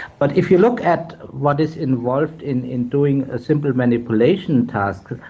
but if you look at what is involved in in doing a simple manipulation task,